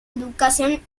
educación